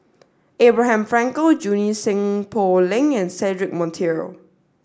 Abraham Frankel Junie Sng Poh Leng and Cedric Monteiro